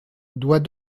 doit